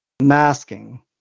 masking